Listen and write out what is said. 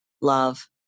love